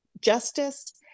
justice